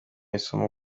isomo